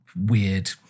weird